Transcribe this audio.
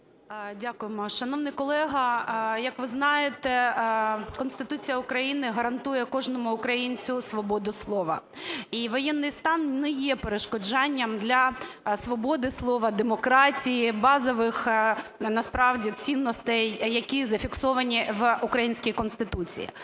Дякуємо. Шановний колега, як ви знаєте, Конституція України гарантує кожному українцю свободу слова. І воєнний стан не є перешкоджанням для свободи слова, демократії, базових, насправді, цінностей, які зафіксовані в українській Конституції.